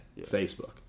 Facebook